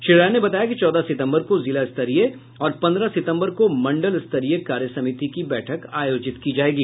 श्री राय ने बताया कि चौदह सितम्बर को जिला स्तरीय और पंद्रह सितम्बर को मंडल स्तरीय कार्य समिति की बैठक आयोजित की जायेगी